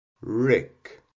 rick